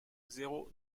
zéro